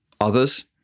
others